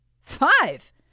Five